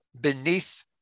beneath